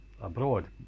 abroad